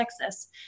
Texas